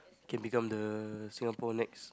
can become the Singapore next